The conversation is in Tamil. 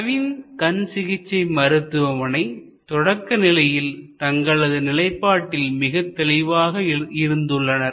அரவிந்த் கண் சிகிச்சை மருத்துவமனை தொடக்க நிலையில் தங்களது நிலைப்பாட்டில் மிகத்தெளிவாக இருந்துள்ளனர்